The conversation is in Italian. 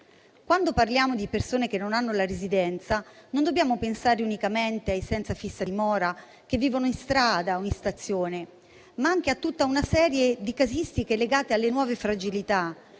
Quando parliamo di persone che non hanno la residenza, non dobbiamo pensare unicamente ai senza fissa dimora che vivono in strada o in stazione, ma anche a tutta una serie di casistiche legate alle nuove fragilità.